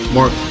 Mark